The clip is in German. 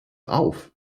auf